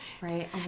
Right